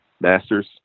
masters